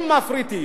אם מפריטים,